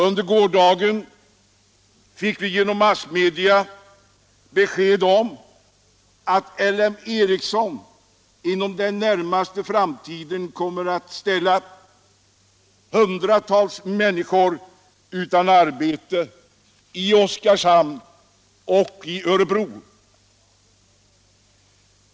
Under gårdagen fick vi genom massmedia besked om att LM Ericsson inom den närmaste framtiden kommer att ställa hundratals människor utan arbete i Olofström och i Örebro.